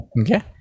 Okay